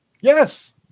Yes